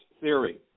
theory